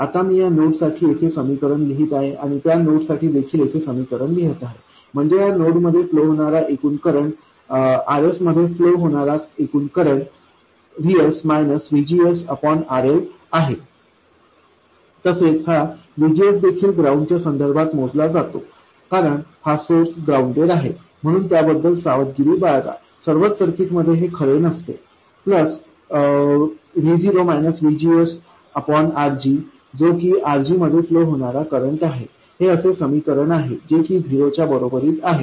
आता मी या नोड साठी येथे समीकरण लिहीत आहे आणि त्या नोड साठी देखील येथे समीकरण लिहीत आहे म्हणजे या नोड मध्ये फ्लो होणारा एकूण करंट Rs मध्ये फ्लो होणारा एकूण करंट Rs आहे तसेच हा VGS देखील ग्राउंडच्या संदर्भात मोजला जातो कारण हा सोर्स ग्राउंडेड आहे म्हणून त्याबद्दल सावधगिरी बाळगा सर्वच सर्किटमध्ये हे खरे नसते प्लस RG जो की RGमध्ये फ्लो होणारा करंट आहे हे असे समीकरण आहे जे की झिरो च्या बरोबरीत आहे